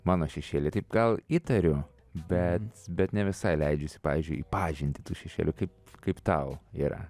mano šešėly taip gal įtariu bet bet ne visai leidžiuosi pavyzdžiui į pažintį tų šešėlių kaip kaip tau yra